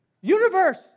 Universe